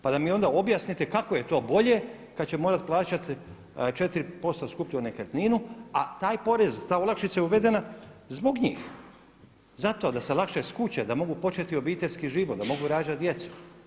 Pa da mi onda objasnite kako je to bolje kad će morati plaćati 4% skuplju nekretninu a taj porez, ta olakšica je uvedena zbog njih zato da se lakše skuće da mogu početi obiteljski život, da mogu rađati djecu.